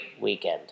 weekend